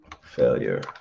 failure